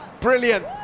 Brilliant